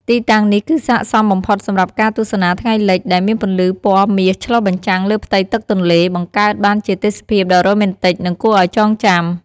ទីតាំងនេះគឺស័ក្តិសមបំផុតសម្រាប់ការទស្សនាថ្ងៃលិច ដែលមានពន្លឺពណ៌មាសឆ្លុះបញ្ចាំងលើផ្ទៃទឹកទន្លេ បង្កើតបានជាទេសភាពដ៏រ៉ូមែនទិក និងគួរឱ្យចងចាំ។